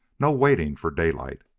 no waiting for daylight.